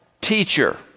teacher